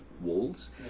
walls